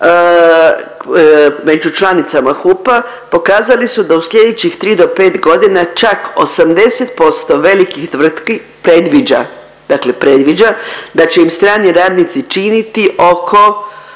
među članicama HUP-a pokazali su da u slijedećih 3 do 5.g. čak 80% velikih tvrtki predviđa, dakle predviđa da će im strani radnici činiti oko